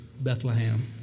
Bethlehem